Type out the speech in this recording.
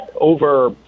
over